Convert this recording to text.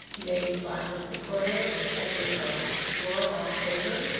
made by miss metoyer, and seconded by mrs. fluor. all in favor?